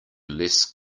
less